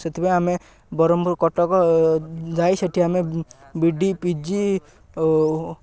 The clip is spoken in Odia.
ସେଥିପାଇଁ ଆମେ ବରହମ୍ପୁର୍ କଟକ ଯାଇ ସେଠି ଆମେ ବିଡି ପିଜି